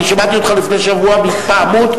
אני שמעתי אותך לפני שבוע בהתפעמות.